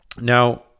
now